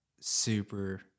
super